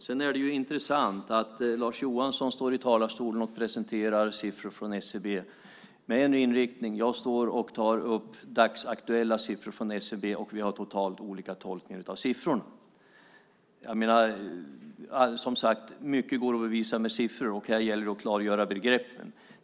Det är intressant att Lars Johansson står i talarstolen och presenterar siffror från SCB med en viss inriktning och jag står och tar upp dagsaktuella siffror från SCB, och vi gör totalt olika tolkningar av siffrorna. Mycket går att bevisa med siffror. Här gäller det att klargöra begreppen.